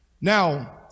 Now